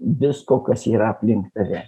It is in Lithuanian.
visko kas yra aplink tave